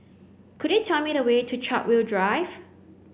could you tell me the way to Chartwell Drive